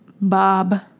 Bob